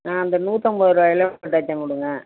அந்த நூத்தம்பரூபாயில ஒரு டஜன் கொடுங்க